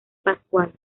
pascual